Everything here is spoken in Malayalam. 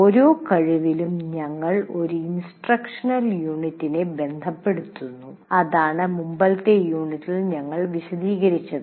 ഓരോ കഴിവിലും ഞങ്ങൾ ഒരു ഇൻസ്ട്രക്ഷണൽ യൂണിറ്റിനെ ബന്ധപ്പെടുത്തുന്നു അതാണ് മുമ്പത്തെ യൂണിറ്റിൽ ഞങ്ങൾ വിശദീകരിച്ചത്